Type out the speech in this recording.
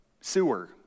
sewer